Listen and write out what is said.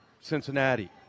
Cincinnati